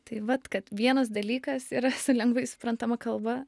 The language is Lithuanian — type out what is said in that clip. tai vat kad vienas dalykas yra lengvai suprantama kalba